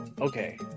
Okay